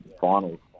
finals